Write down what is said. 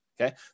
Okay